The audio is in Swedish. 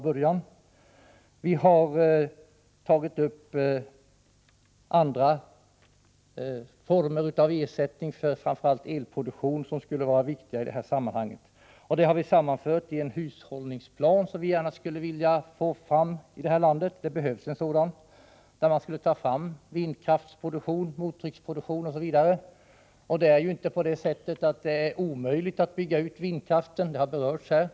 Vidare har vi tagit upp andra alternativ som är viktiga i detta sammanhang, framför allt beträffande elproduktion. Det har vi sammanfört i en hushållningsplan som vi gärna skulle vilja ha förverkligad i det här landet. Det behövs en sådan. Ett program för vindkraftsproduktion, mottrycksproduktion osv. skulle då tas fram. Det är ju inte omöjligt att bygga ut vindkraften — den frågan har berörts här.